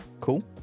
cool